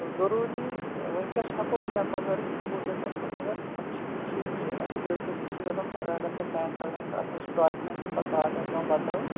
ضُروٗری وٕنکیٚس ہیٚکَو أسۍ تمہِ بغٲر کھوٗلِتھ تہٕ مگر تَتھ چھِ یہِ چیٖز زِ ایٚفِڈیوِٹہٕ سۭتۍ چھِ گژھان پگاہ اگر تۄہہِ پین کارڈ وین کارڈ اتھ چھِنہٕ ڈاکِمیٚنٹ پَتہٕ بار بار پیٚوان بَدٕلاوٕنۍ